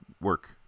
work